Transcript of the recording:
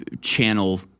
channel